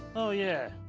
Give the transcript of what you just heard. oh, yeah,